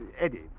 Eddie